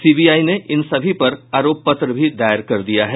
CBI ने इन सभी पर आरोप पत्र भी दायर कर दिया है